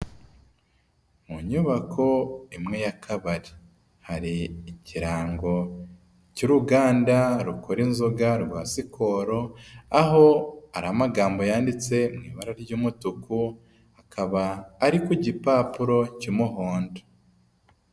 MU nyubako imwe y'akabari, hari ikirango cy'uruganda rukora inzoga rwa Skol aho ari amagambo yanditse mu ibara ry'umutuku akaba ari ku gipapuro cy'umuhondo.